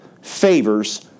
favors